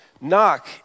Knock